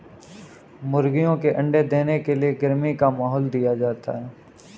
मुर्गियों के अंडे देने के लिए गर्मी का माहौल दिया जाता है